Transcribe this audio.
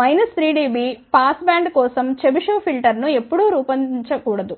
minus 3 dB pass band కోసం Chebyshev ఫిల్టర్ను ఎప్పుడూ రూపొందించకూడదు